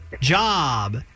job